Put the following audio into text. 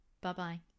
Bye-bye